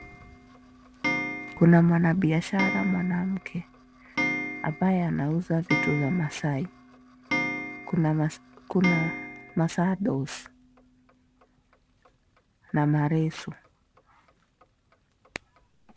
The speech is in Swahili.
Kuna mwanabiashara mwanamke ambaye anauza vitu za maasai. Kuna ma sandals na maleso.